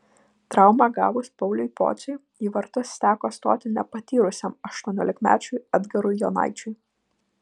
traumą gavus pauliui pociui į vartus teko stoti nepatyrusiam aštuoniolikmečiui edgarui jonaičiui